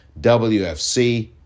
wfc